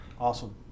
Awesome